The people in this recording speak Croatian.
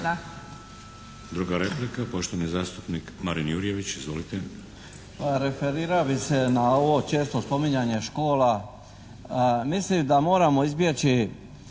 Druga replika, poštovani zastupnik Marin Jurjević, izvolite. **Jurjević, Marin (SDP)** Pa referira bi se na ovo često spominjanje škola. Mislim da moramo izbjeći